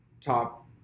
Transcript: top